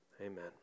Amen